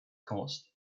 cost